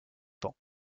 pans